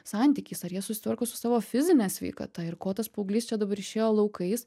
santykiais ar jie susitvarko su savo fizine sveikata ir ko tas paauglys čia dabar išėjo laukais